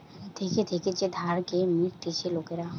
থেকে থেকে যে ধারকে মিটতিছে লোকরা